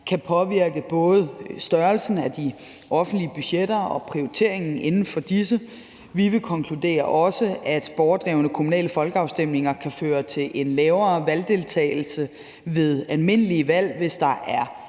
kan påvirke både størrelsen af de offentlige budgetter og prioriteringen inden for disse. VIVE konkluderer også, at borgerdrevne kommunale folkeafstemninger kan føre til en lavere valgdeltagelse ved almindelige valg, hvis der er